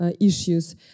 issues